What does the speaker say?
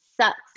sucks